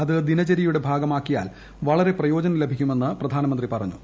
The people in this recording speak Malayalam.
അത് ദിനചരൃയുടെ ഭാഗമാക്കിയാൽ വളരെ പ്രയോജനം ലഭിക്കുമെന്ന് പ്രധാനമന്ത്രി പറഞ്ഞു